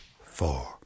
Four